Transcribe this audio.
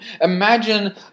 Imagine